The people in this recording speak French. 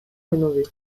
rénové